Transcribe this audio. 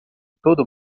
todo